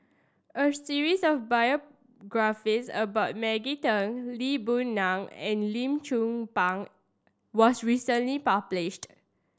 a series of biographies about Maggie Teng Lee Boon Ngan and Lim Chong Pang was recently published